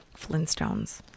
Flintstones